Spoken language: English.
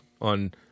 on